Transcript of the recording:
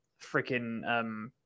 freaking